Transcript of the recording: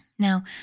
Now